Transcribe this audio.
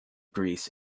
greece